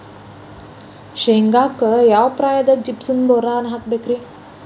ಶೇಂಗಾಕ್ಕ ಯಾವ ಪ್ರಾಯದಾಗ ಜಿಪ್ಸಂ ಬೋರಾನ್ ಹಾಕಬೇಕ ರಿ?